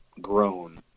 grown